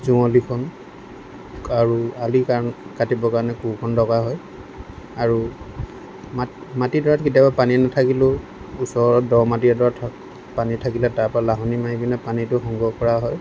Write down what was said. যুঁৱলিখন কাণ আলিৰ কাণ কাটিবৰ কাৰণে কোৰখন লগা হয় আৰু মা মাটিডৰাত কেতিয়াবা পানী নাথাকিলেও ওচৰত দ মাটি এডৰাত পানী থাকিলে তাৰ পৰা লাহনি মাৰি কিনে তাৰ পৰা পানীটো সংগ্ৰহ কৰা হয়